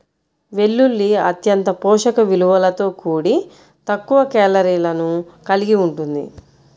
వెల్లుల్లి అత్యంత పోషక విలువలతో కూడి తక్కువ కేలరీలను కలిగి ఉంటుంది